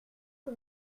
que